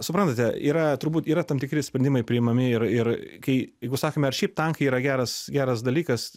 suprantate yra turbūt yra tam tikri sprendimai priimami ir ir kai jeigu sakome ar šiaip tankai yra geras geras dalykas